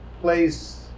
place